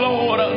Lord